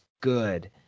good